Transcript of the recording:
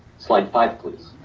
slide five, please.